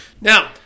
Now